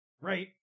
right